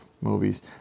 movies